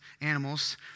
animals